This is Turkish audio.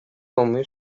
olmayı